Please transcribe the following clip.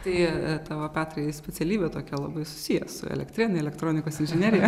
tai tavo petrai specialybė tokia labai susiję su elektrėnai elektronikos inžinerija